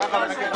שמעת מה שאמר?